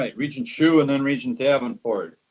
like regent hsu and then regent davenport.